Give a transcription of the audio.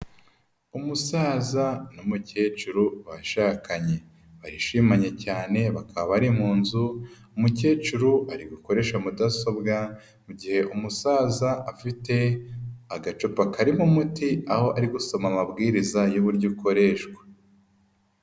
Umusaza n'umukecuru bashakanye. Barishimanye cyane bakaba bari mu nzu, umukecuru ari gukoresha mudasobwa mu gihe umusaza afite agacupa karimo umuti aho ari gusoma amabwiriza y'uburyo ukoreshwa.